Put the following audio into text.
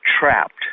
trapped